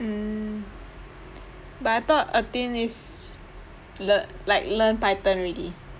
mm but I thought athene is lear~ like learn python already